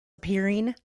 appearing